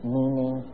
meaning